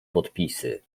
podpisy